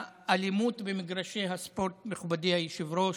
האלימות במגרשי הספורט, מכובדי היושב-ראש,